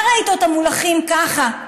אתה ראית אותם מונחים ככה,